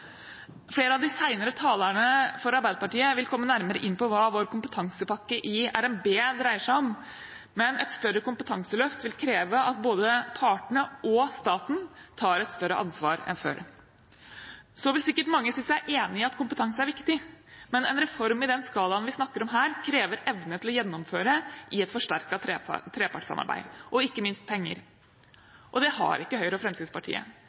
Flere av de senere talerne fra Arbeiderpartiet vil komme nærmere inn på hva vår kompetansepakke i RNB dreier seg om, men et større kompetanseløft vil kreve at både partene og staten tar et større ansvar enn før. Så vil sikkert mange si seg enig i at kompetanse er viktig, men en reform i den skalaen vi snakker om her, krever evne til å gjennomføre i et forsterket trepartssamarbeid, og ikke minst penger. Det har ikke Høyre og Fremskrittspartiet.